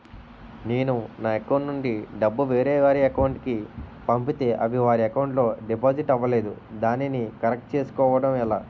నేను నా అకౌంట్ నుండి డబ్బు వేరే వారి అకౌంట్ కు పంపితే అవి వారి అకౌంట్ లొ డిపాజిట్ అవలేదు దానిని కరెక్ట్ చేసుకోవడం ఎలా?